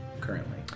currently